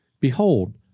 Behold